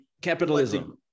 Capitalism